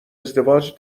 ازدواج